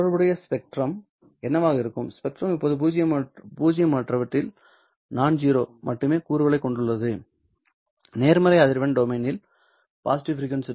தொடர்புடைய ஸ்பெக்ட்ரம் என்னவாக இருக்கும் ஸ்பெக்ட்ரம் இப்போது பூஜ்ஜியமற்றவற்றில் மட்டுமே கூறுகளைக் கொண்டுள்ளது நேர்மறை அதிர்வெண் டொமைன் இல் மட்டுமே நான் சொல்கிறேன்